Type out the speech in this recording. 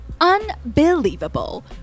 Unbelievable